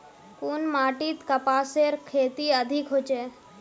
कुन माटित कपासेर खेती अधिक होचे?